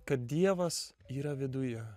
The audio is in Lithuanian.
kad dievas yra viduje